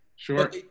Sure